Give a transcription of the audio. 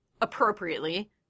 Appropriately